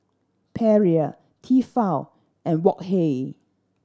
Perrier Tefal and Wok Hey